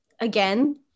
again